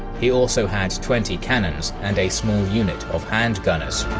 he also had twenty cannons and a small unit of handgunners.